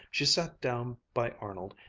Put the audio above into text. she sat down by arnold,